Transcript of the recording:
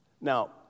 Now